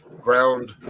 ground